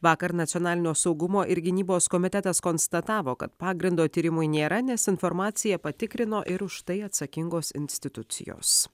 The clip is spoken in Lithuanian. vakar nacionalinio saugumo ir gynybos komitetas konstatavo kad pagrindo tyrimui nėra nes informaciją patikrino ir už tai atsakingos institucijos